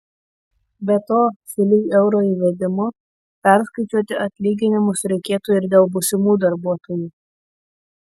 be to sulig euro įvedimu perskaičiuoti atlyginimus reikėtų ir dėl būsimų darbuotojų